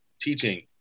teaching